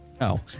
No